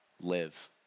live